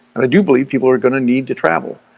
i do believe people are going to need to travel.